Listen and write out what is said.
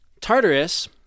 Tartarus—